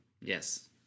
Yes